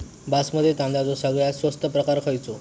बासमती तांदळाचो सगळ्यात स्वस्त प्रकार खयलो?